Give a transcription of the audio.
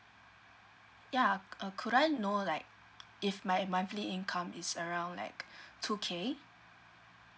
yeah uh could I know like if my monthly income is around like two K